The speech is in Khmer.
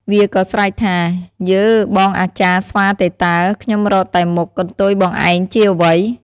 វាក៏ស្រែកថា៖ "យើបងអាចារ្យស្វាទេតើ! ខ្ញុំរកតែមុខ... កន្ទុយបងឯងជាអ្វី?